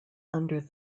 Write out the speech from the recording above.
under